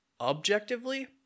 Objectively